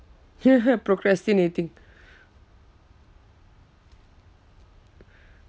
procrastinating